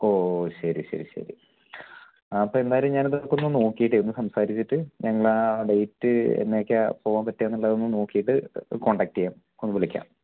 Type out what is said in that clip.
ഓ ശരി ശരി ശരി അപ്പം എന്തായാലും ഞാനിതൊക്കെ ഒന്ന് നോക്കിയിട്ടെ ഒന്ന് സംസാരിച്ചിട്ട് ഞങ്ങളാ ഡെയ്റ്റ് എന്നെക്ക്യാ പോവാൻ പറ്റുക എന്നുള്ളതൊന്ന് നോക്കിയിട്ട് കോൺടാക്റ്റ് ചെയ്യാം ഒന്ന് വിളിക്കാം